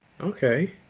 okay